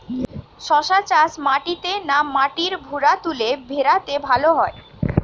শশা চাষ মাটিতে না মাটির ভুরাতুলে ভেরাতে ভালো হয়?